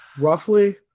roughly